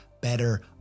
better